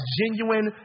genuine